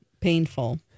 painful